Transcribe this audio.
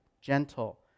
gentle